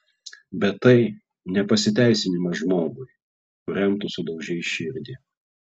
bet tai ne pasiteisinimas žmogui kuriam tu sudaužei širdį